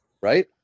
right